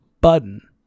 button